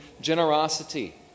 generosity